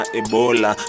ebola